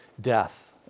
death